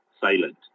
silent